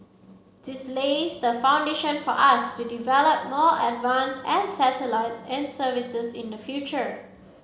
this lays the foundation for us to develop more advanced satellites and services in the future